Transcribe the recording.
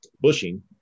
bushing